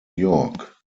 york